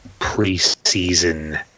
preseason